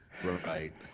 Right